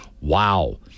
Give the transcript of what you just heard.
wow